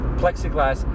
plexiglass